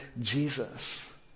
Jesus